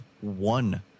one